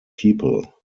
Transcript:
people